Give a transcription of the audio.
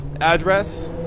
address